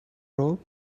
robe